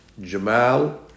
Jamal